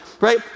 right